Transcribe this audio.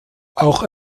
auch